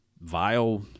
vile